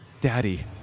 Daddy